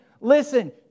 listen